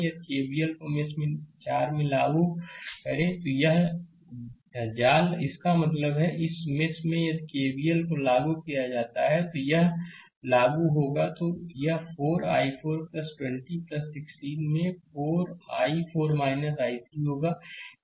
4 यदि KVL को mesh 4 में लागू करें यह जाल इसका मतलब है कि इस मेष में यदि केवीएल को लागू किया जाता है तो यदि यह लागू होता है तो यह 4 i4 20 16 में i4 I3 होगा